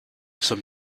some